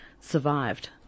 survived